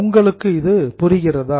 உங்களுக்கு இது புரிகிறதா